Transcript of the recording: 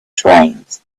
trains